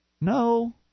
No